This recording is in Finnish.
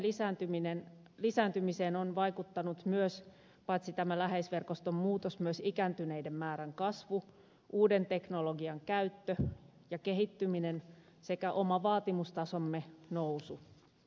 palveluntarpeen lisääntymiseen on vaikuttanut paitsi tämä läheisverkoston muutos myös ikääntyneiden määrän kasvu uuden teknologian käyttö ja kehittyminen sekä oman vaatimustasomme nousu